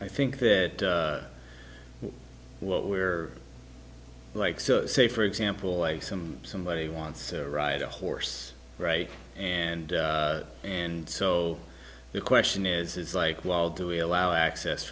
i think that what we're like so say for example why some somebody wants to ride a horse right and and so the question is is like well do we allow access